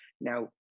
Now